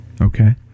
Okay